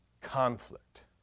conflict